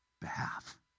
behalf